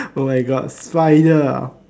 oh my god spider ah